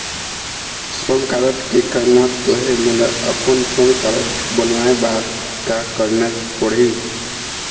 श्रम कारड के का महत्व हे, मोला अपन श्रम कारड बनवाए बार का करना पढ़ही?